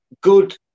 good